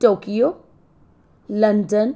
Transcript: Tokyo London